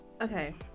okay